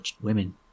women